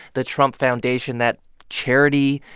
the trump foundation, that charity,